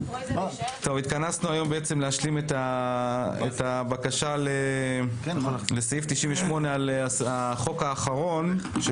התכנסנו היום להשלים את הבקשה לסעיף 98 על החוק האחרון של